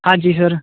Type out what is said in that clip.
ਹਾਂਜੀ ਸਰ